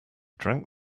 drank